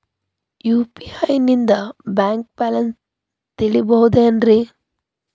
UPI ನಿಂದ bank balance ತಿಳಿಬಹುದೇನ್ರಿ?